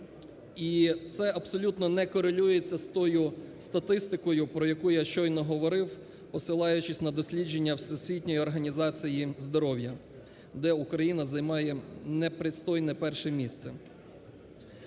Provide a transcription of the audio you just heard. І це абсолютно не корелюється з тою статистикою про яку я щойно говорив, посилаючись на дослідження Всесвітньої організації здоров'я, де Україна займає непристойне перше місце.